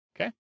Okay